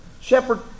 shepherd